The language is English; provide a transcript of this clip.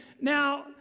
Now